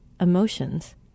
emotions